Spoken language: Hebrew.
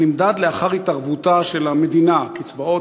הנמדדת לאחר התערבותה של המדינה: קצבאות,